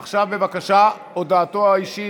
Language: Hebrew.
עכשיו, בבקשה, הודעתו האישית,